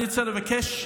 אני רוצה לבקש,